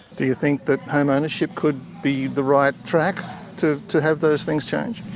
do you think that homeownership could be the right track to to have those things change?